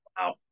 wow